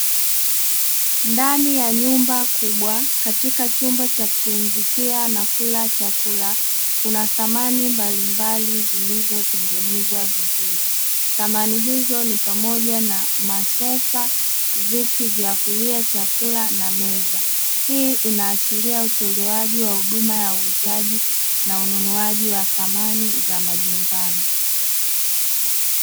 Ndani ya nyumba kubwa katika chumba cha kupumzikia na kula chakula, kuna samani mbalimbali zilizotengenezwa vizuri, samani hizo ni pamoja na masofa, viti vya kulia chakula na meza. Hii inaashiria utolewaji wa huduma ya uuzaji na ununuaji wa samani za majumbani.